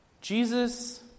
Jesus